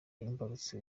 imbarutso